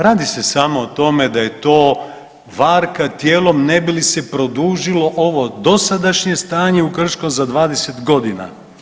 Radi se samo o tome da je to varka ne bi li se produžilo ovo dosadašnje stanje u Krškom za 20 godina.